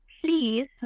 please